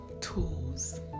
tools